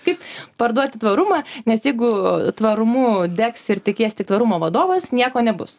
kaip parduoti tvarumą nes jeigu tvarumu degs ir tikės tik tvarumo vadovas nieko nebus